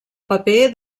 paper